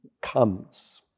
comes